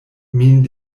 min